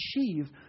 achieve